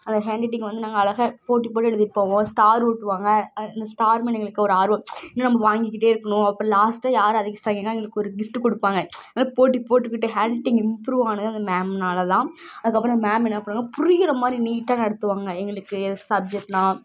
அந்த hand writing வந்து நாங்கள் அழகாக போட்டி போட்டு எழுதிகிட்டு போவோம் ஓ ஸ்டாரு ஒட்டுவாங்கள் அது அந்த ஸ்டார் மேலே எங்களுக்கு ஒரு ஆர்வம் இன்னும் நம்ம வாங்கிக்கிட்டே இருக்கணும் அப்போ லாஸ்டாக யார் அதிக ஸ்டார் வாங்கியிருக்காங்களோ அவங்களுக்கு ஒரு கிஃப்ட்டு கொடுப்பாங்க அதனால போட்டி போட்டுக்கிட்டு ஹேண்ட் ரைட்டிங் இம்புரூவ் ஆனது அந்த மேம்னாலதான் அதுக்கு அப்புறம் மேம் என்ன பண்ணுவாங்கள் புரிகிற மாதிரி நீட்டாக நடத்துவாங்கள் எங்களுக்கு எது சப்ஜெக்ட்னால்